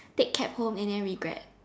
take cab home and then regret